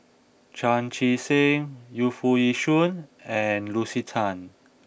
Chan Chee Seng Yu Foo Yee Shoon and Lucy Tan